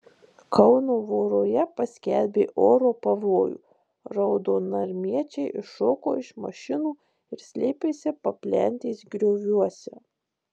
kauno voroje paskelbė oro pavojų raudonarmiečiai iššoko iš mašinų ir slėpėsi paplentės grioviuose